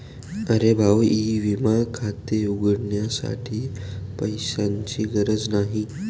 अरे भाऊ ई विमा खाते उघडण्यासाठी पैशांची गरज नाही